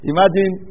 Imagine